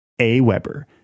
AWeber